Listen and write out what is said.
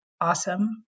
awesome